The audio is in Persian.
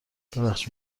ببخشید